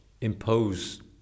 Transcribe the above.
impose